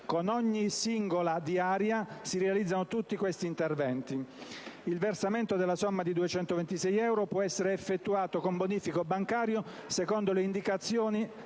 Con ogni singola diaria è possibile realizzare tutti questi interventi. Il versamento della somma di 226 euro può essere effettuato con bonifico bancario, secondo le indicazioni